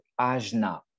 ajna